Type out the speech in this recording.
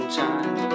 time